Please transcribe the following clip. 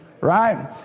right